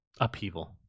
Upheaval